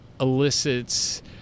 elicits